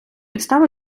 підстав